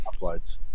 uploads